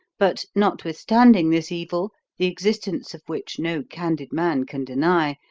but, notwithstanding this evil, the existence of which no candid man can deny,